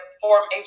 formation